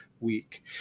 week